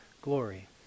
glory